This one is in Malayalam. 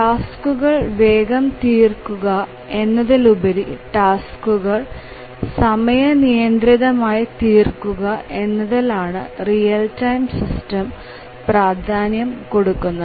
ടാസ്കുകൾ വേഗം തീർക്കുക എന്നതിലുപരി ടാസ്കുകൾ സമയ നിയന്ത്രിതമായി തീർക്കുക എന്നതിലാണ് റിയൽ ടൈം സിസ്റ്റം പ്രാധാന്യം കൊടുക്കുന്നത്